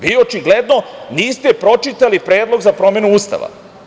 Vi očigledno niste pročitali Predlog za promenu Ustava.